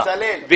בצלאל,